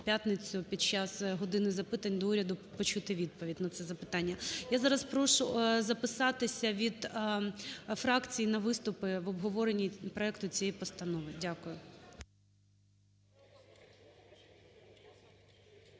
під час "години запитань до Уряду" почути відповідь на це запитання. Я зараз прошу записатися від фракцій на виступи в обговоренні проекту цієї постанови. Дякую.